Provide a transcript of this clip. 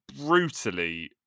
brutally